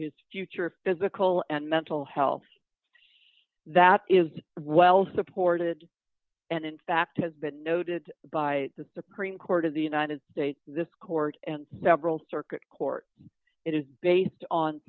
his future physical and mental health that is well supported and in fact has been noted by the supreme court of the united states this court and several circuit court it is based on